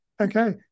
Okay